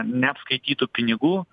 neapskaitytų pinigų